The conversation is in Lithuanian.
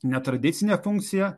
netradicinė funkcija